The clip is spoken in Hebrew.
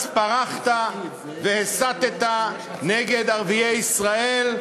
אז פרחת והסתָּ נגד ערביי ישראל,